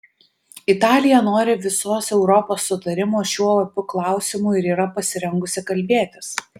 italija nori visos europos sutarimo šiuo opiu klausimu ir yra pasirengusi kalbėtis